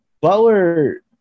Butler